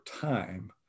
time